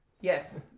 Yes